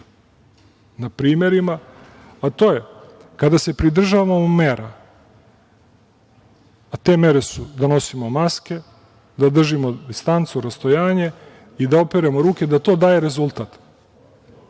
na primerima, a to je da kada se pridržavamo mera, a te mere su da nosimo maske, da držimo distancu, rastojanje i da operemo ruke, to daje rezultat. Ljudi,